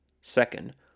second